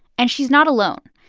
and she's not alone.